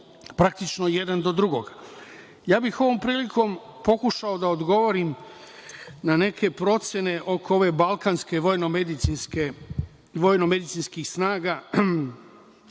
praktično jedan do drugog. Ovom prilikom bih pokušao da odgovorim na neke procene oko Balkanskih vojno-medicinskih snaga,